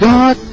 God